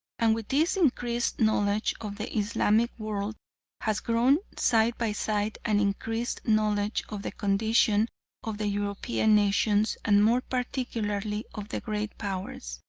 and with this increased knowledge of the islamic world has grown side by side an increased knowledge of the condition of the european nations and more particularly of the great powers.